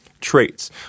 Traits